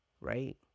right